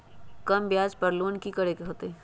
कम ब्याज पर लोन की करे के होतई?